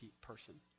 person